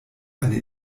eine